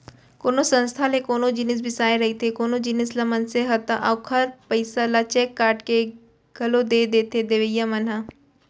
कोनो संस्था ले कोनो जिनिस बिसाए रहिथे कोनो जिनिस ल मनसे ह ता ओखर पइसा ल चेक काटके के घलौ दे देथे देवइया मन ह